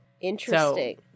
Interesting